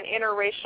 interracial